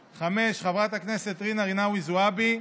5. חברת הכנסת ג'ידא רינאוי זועבי,